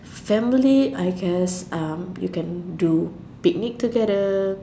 family I guess um you can do picnic together